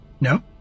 No